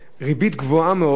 ריבית גבוהה מאוד,